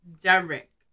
Derek